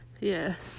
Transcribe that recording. Yes